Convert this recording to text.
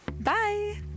Bye